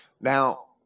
Now